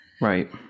Right